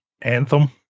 anthem